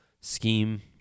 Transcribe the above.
scheme